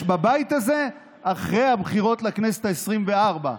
בבית הזה אחרי הבחירות לכנסת העשרים-וארבע,